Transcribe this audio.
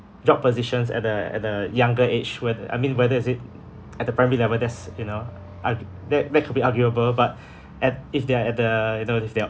job positions at a at a younger age whether I mean whether is it at the primary level that's you know I could that that could be arguable but at if they're at the you know if they are